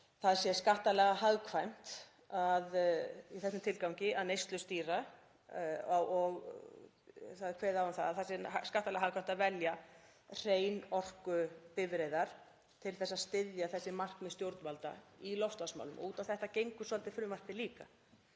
það sé skattalega hagkvæmt í þessum tilgangi að neyslustýra og það er kveðið á um að það sé skattalega hagkvæmt að velja hreinorkubifreiðar til að styðja þessi markmið stjórnvalda í loftslagsmálum. Út á þetta gengur svolítið frumvarpið líka.